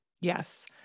Yes